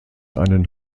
einen